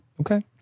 Okay